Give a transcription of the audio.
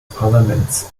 parlaments